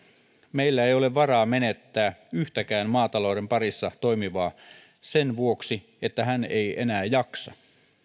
meillä ei ole varaa menettää yhtäkään maatalouden parissa toimivaa sen vuoksi että hän ei enää jaksa